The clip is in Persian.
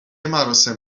مراسم